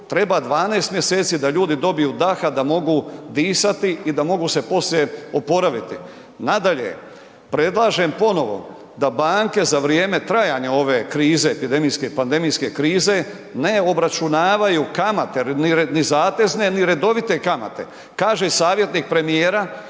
treba 12 mjeseci da ljudi dobiju daha da mogu disati i da mogu se poslije oporaviti. Nadalje, predlažem ponovo da banke za vrijeme trajanja ove krize, epidemijske, pandemijske krize ne obračunavaju kamate, ni zatezne, ni redovite kamate. Kaže savjetnik premijera,